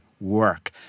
work